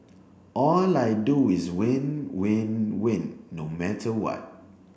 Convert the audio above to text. all I do is win win win no matter what